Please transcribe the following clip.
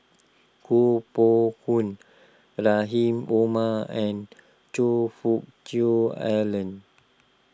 Koh Poh Koon Rahim Omar and Choe Fook Cheong Alan